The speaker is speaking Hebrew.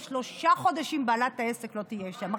אם שלושה חודשים בעלת העסק לא תהיה שם.